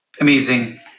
Amazing